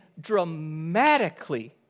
dramatically